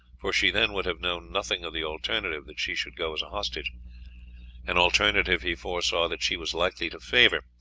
for she then would have known nothing of the alternative that she should go as a hostage an alternative, he foresaw, that she was likely to favour,